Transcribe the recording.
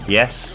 Yes